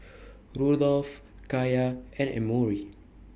Rudolph Kaiya and Emory